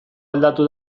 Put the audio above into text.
aldatu